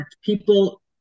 people